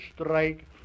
strike